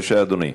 בבקשה, אדוני.